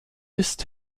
ist